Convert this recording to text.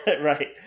right